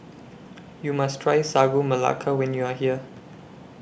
YOU must Try Sagu Melaka when YOU Are here